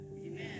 Amen